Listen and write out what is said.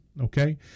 okay